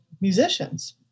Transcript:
musicians